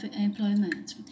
employment